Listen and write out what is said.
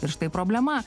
ir štai problema